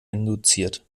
induziert